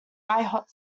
hot